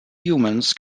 humans